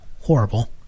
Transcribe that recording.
horrible